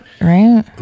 Right